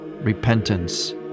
repentance